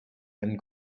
and